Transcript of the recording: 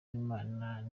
w’imari